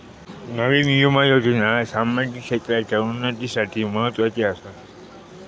नयीन विमा योजना सामाजिक क्षेत्राच्या उन्नतीसाठी म्हत्वाची आसा